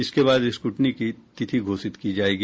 इसके बाद स्क्र्टनी की तिथि घोषित की जायेगी